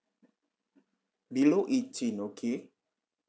below eighteen okay